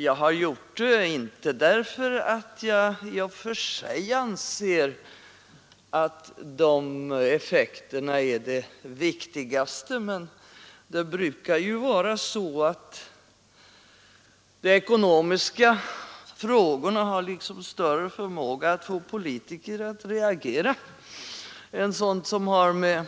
Jag har gjort det, inte därför att jag i och för sig anser att de effekterna är de viktigaste, men det brukar ju vara så, att de ekonomiska frågorna har större förmåga att få politiker att reagera än sådana frågor som har med